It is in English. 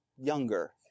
younger